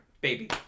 baby